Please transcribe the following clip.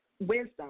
wisdom